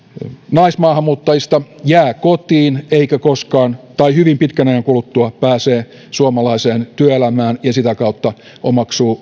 naismaahanmuuttajista jää kotiin eikä koskaan pääse tai hyvin pitkän ajan kuluttua pääsee suomalaiseen työelämään ja sitä kautta omaksu